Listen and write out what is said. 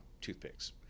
toothpicks